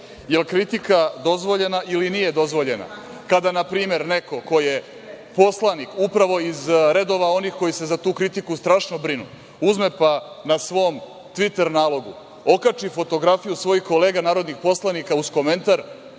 kritika dozvoljena ili nije dozvoljena kada, na primer, neko ko je poslanik, upravo iz redova onih koji se za tu kritiku strašno brinu, uzme pa na svom tviter nalogu okači fotografiju svojih kolega narodnih poslanika uz komentar